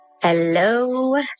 Hello